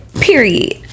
Period